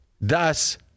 Thus